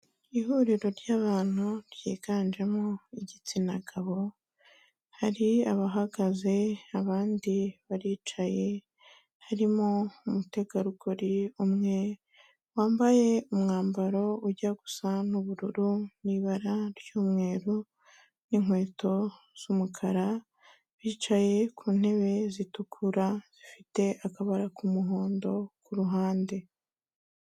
Ihuriro ry'abantu ryiganjemo igitsina gabo hari abahagaze abandi baricaye, harimo umutegarugori umwe wambaye umwambaro ujya gusa n'ubururu n'ibara ry'umweru n'inkweto z'umukara, bicaye ku ntebe zitukura zifite akabara k'umuhondo ku ruhande.